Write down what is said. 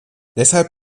deshalb